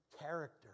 character